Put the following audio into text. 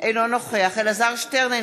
אינו נוכח אלעזר שטרן,